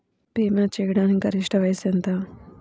భీమా చేయాటానికి గరిష్ట వయస్సు ఎంత?